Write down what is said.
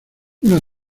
una